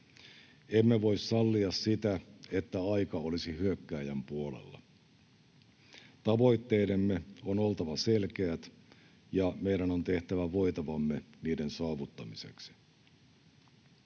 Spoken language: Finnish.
Emme voi sallia sitä, että aika olisi hyökkääjän puolella. Tavoitteidemme on oltava selkeät, ja meidän on tehtävä voitavamme niiden saavuttamiseksi.